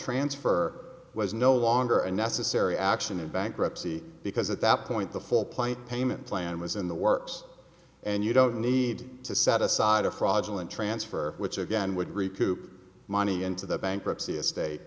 transfer was no longer a necessary action in bankruptcy because at that point the full plate payment plan was in the works and you don't need to set aside a fraudulent transfer which again would reap money into the bankruptcy estate